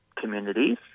communities